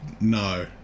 no